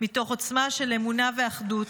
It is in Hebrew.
מתוך עוצמה של אמונה ואחדות.